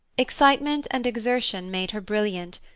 excitement and exertion made her brilliant,